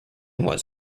was